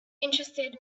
interested